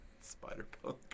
Spider-Punk